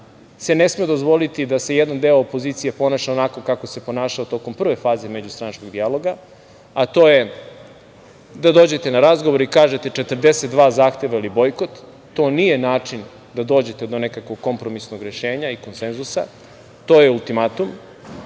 se ne sme dozvoliti da se jedan deo opozicije ponaša onako kako se ponašao tok prve faze međustranačkog dijaloga, a to je da dođete na razgovor i kažete – 42 zahteva ili bojkot. To nije način da dođete do nekakvog kompromisnog rešenja ili konsenzusa, to je ultimatum,